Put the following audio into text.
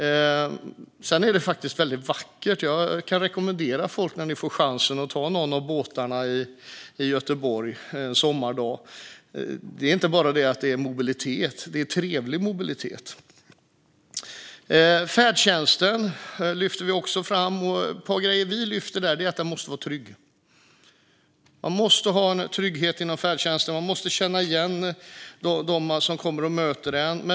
Dessutom är det väldigt vackert. Jag kan rekommendera er att när ni får chansen ta någon av båtarna i Göteborg en sommardag. Det är inte bara mobilitet - det är trevlig mobilitet. Färdtjänsten lyfter vi också fram. Vi lyfter att den måste vara trygg. Man måste ha trygghet inom färdtjänsten, och man måste känna igen den som kommer och möter en.